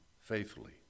faithfully